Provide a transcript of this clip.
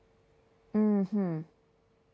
mm hmm